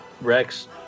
Rex